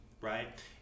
Right